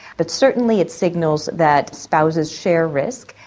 but certainly it signals that spouses share risk.